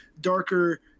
darker